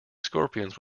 scorpions